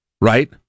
right